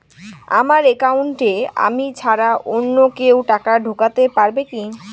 আমার একাউন্টে আমি ছাড়া অন্য কেউ টাকা ঢোকাতে পারবে কি?